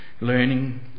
learning